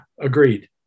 agreed